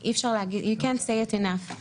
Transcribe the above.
You can't say it enough,